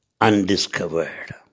undiscovered